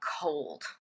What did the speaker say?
cold